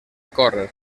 córrer